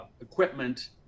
equipment